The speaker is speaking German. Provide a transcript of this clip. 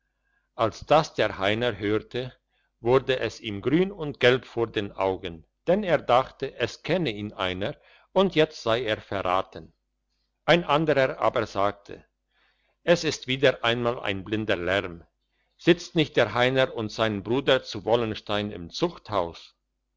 als das der heiner hörte wurde es ihm grün und gelb vor den augen denn er dachte es kenne ihn einer und jetzt sei er verraten ein anderer aber sagte es ist wieder einmal ein blinder lärm sitzt nicht der heiner und sein bruder zu wollenstein im zuchthaus